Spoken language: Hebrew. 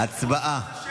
הצבעה.